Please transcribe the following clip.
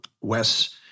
Wes